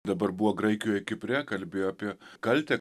dabar buvo graikijoj kipre kalbėjo apie kaltę